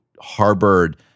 harbored